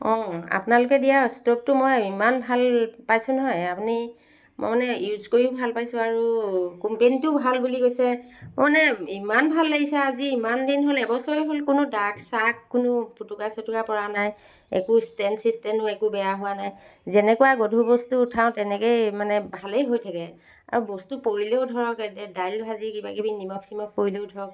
অঁ আপোনালোকে দিয়া ষ্ট'ভটো মই ইমান ভাল পাইছোঁ নহয় আপুনি মই মানে ইউজ কৰিও ভাল পাইছোঁ আৰু কোম্পেনীটোও ভাল বুলি কৈছে মই মানে ইমান ভাল লাগিছে আজি ইমান দিন হ'ল এবছৰে হ'ল কোনো দাগ চাগ কোনো পুতুকা চুতুকা পৰা নাই একো ষ্টেণ্ড চিষ্টেণো একো বেয়া হোৱা নাই যেনেকুৱা গধুৰ বস্তু উঠাওঁ তেনেকেই মানে ভালেই হৈ থাকে আৰু বস্তু পৰিলেও ধৰক এই দাইল ভাজি কিবাকিবি নিমখ চিমখ পৰিলেও ধৰক